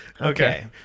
Okay